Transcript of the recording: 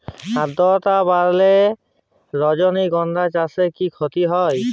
আদ্রর্তা বাড়লে রজনীগন্ধা চাষে কি ক্ষতি হয়?